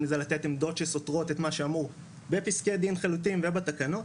אם זה לתת עמדות שסותרות את מה שאמור בפסקי דין חלוטים ובתקנות.